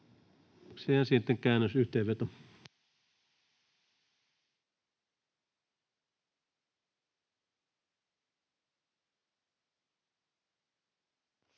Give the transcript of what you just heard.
sitten käännösyhteenveto.